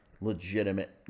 legitimate